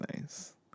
nice